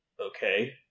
Okay